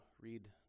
read